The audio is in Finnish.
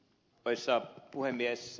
arvoisa puhemies